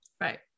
Right